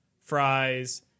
fries